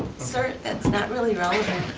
sir, that's not really relevant.